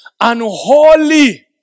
Unholy